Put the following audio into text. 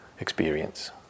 experience